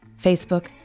Facebook